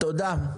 תודה.